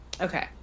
Okay